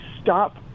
stop